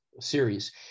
series